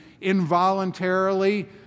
involuntarily